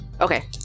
okay